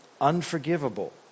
unforgivable